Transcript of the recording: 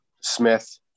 Smith